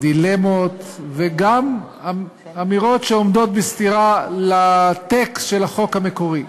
דילמות וגם אמירות שעומדות בסתירה לטקסט של החוק המקורי.